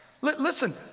listen